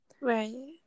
Right